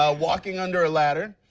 ah walking under a ladder.